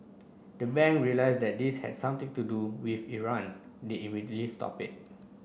the bank realised that this had something to do with Iran they immediately stopped it